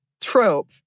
trope